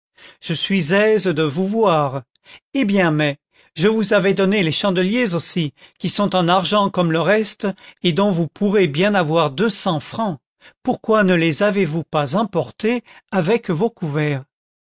je suis aise de vous voir et bien mais je vous avais donné les chandeliers aussi qui sont en argent comme le reste et dont vous pourrez bien avoir deux cents francs pourquoi ne les avez-vous pas emportés avec vos couverts